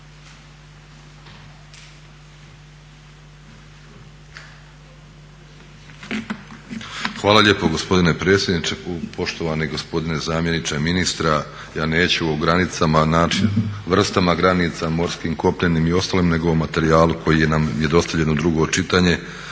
Hvala lijepo gospodine predsjedniče, poštovani gospodine zamjeniče ministra. Ja neću o granicama, vrstama granica, morskim, kopnenim i ostalim nego o materijalu koji nam je dostavljen u drugo čitanje